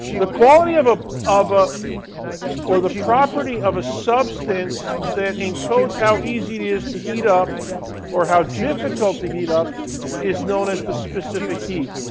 the quality of ah of ah or the property of a substance that encodes how easy it is to heat up or how difficult to heat up is known as the specific heat.